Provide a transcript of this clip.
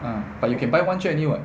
ah but you can buy one share only [what]